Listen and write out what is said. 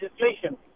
legislation